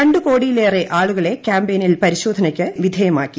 രണ്ടു കോടിയിലേറെ ആളുകളെ ക്യാമ്പയിനിൽ പരിശോധനയ്ക്ക് വിധേയമാക്കി